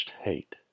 hate